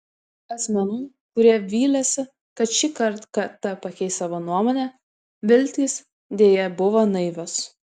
asmenų kurie vylėsi kad šįkart kt pakeis savo nuomonę viltys deja buvo naivios